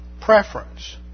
preference